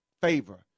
favor